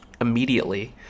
immediately